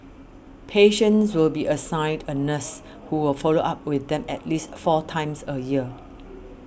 patients will be assigned a nurse who will follow up with them at least four times a year